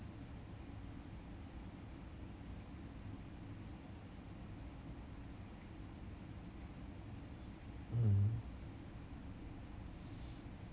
mm